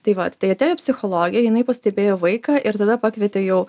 tai vat tai atėjo psichologė jinai pastebėjo vaiką ir tada pakvietė jau